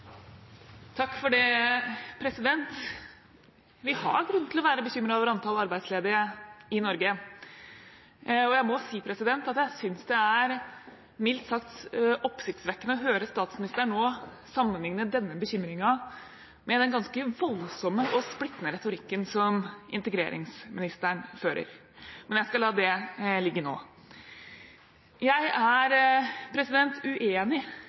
jeg må si at jeg synes det er mildt sagt oppsiktsvekkende å høre statsministeren nå sammenligne denne bekymringen med den ganske voldsomme og splittende retorikken som integreringsministeren fører. Men jeg skal la det ligge nå. Jeg er